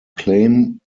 claim